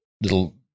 little